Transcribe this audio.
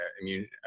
immune